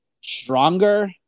stronger